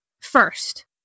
first